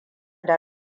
da